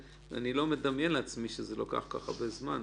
----- אבל אני לא מדמיין לעצמי שזה לוקח כל כך הרבה זמן.